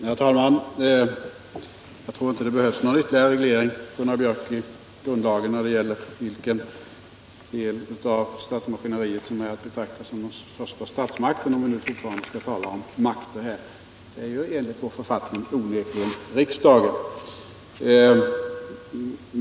Herr talman! Jag tror inte, Gunnar Biörck, att det behövs någon ytterligare reglering i grundlagen om vilken del av statsmaskineriet som är att betrakta som den första statsmakten, om vi fortfarande skall tala om makt i detta sammanhang. Enligt vår författning är det onekligen riksdagen.